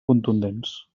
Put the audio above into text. contundents